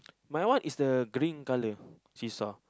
my one is the green colour seesaw